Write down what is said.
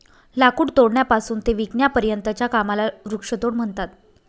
लाकूड तोडण्यापासून ते विकण्यापर्यंतच्या कामाला वृक्षतोड म्हणतात